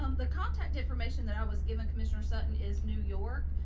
um the contact information that i was given commissioner sutton is new york.